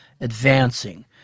advancing